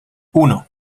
uno